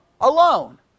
Alone